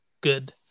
good